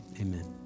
Amen